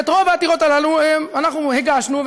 את רוב העתירות הללו אנחנו הגשנו,